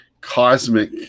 cosmic